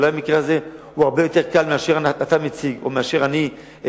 אולי המקרה הזה הרבה יותר קל ממה שאתה מציג או ממה שאני חושש?